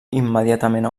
immediatament